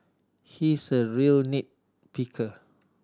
he is a real nit picker